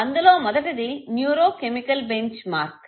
అందులో మొదటిది neurochemical bench mark